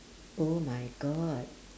oh my god